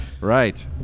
Right